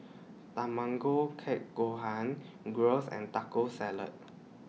Tamago Kake Gohan Gyros and Taco Salad